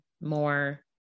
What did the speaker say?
more